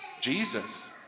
Jesus